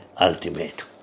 ultimate